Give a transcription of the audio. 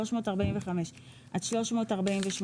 345 עד 348,